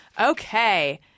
Okay